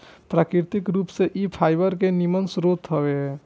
प्राकृतिक रूप से इ फाइबर के निमन स्रोत हवे